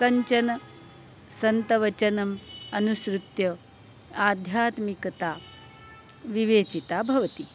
किञ्चन सन्तवचनम् अनुसृत्य आध्यात्मिकता विवेचिता भवति